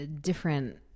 different